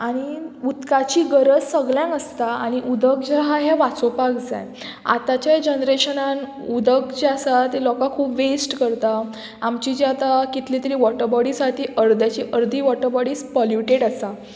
आनी उदकाची गरज सगल्यांक आसता आनी उदक जें आहा हें वाचोवपाक जाय आतांच्या जनरेशनान उदक जें आसा तें लोकांक खूब वेस्ट करता आमची जी आतां कितली तरी वॉटर बॉडीज आहा ती अर्द्याची अर्दी वॉटर बॉडीज पोल्युटेड आसा